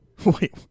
Wait